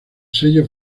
sello